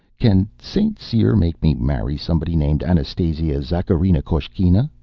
can st. cyr make me marry somebody named anastasia zakharina-koshkina?